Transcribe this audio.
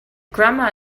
grandma